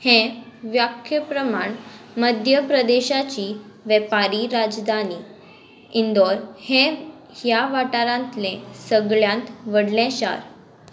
हें व्याख्य प्रमाण मध्य प्रदेशाची वेपारी राजधानी इंदौर हें ह्या वाठारांतलें सगळ्यांत व्हडलें शार